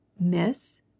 Miss